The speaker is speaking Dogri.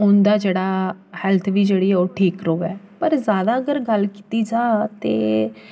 उं'दा जेह्ड़ा हैल्थ बी जेह्ड़ी ओह् ठीक र'वै पर जैदा अगर गल्ल कीती जा ते